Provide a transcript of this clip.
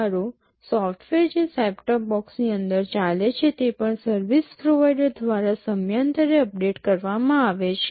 સારું સોફ્ટવેર જે set top બોક્સની અંદર ચાલે છે તે પણ સર્વિસ પ્રોવાઇડર દ્વારા સમયાંતરે અપડેટ કરવામાં આવે છે